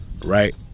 Right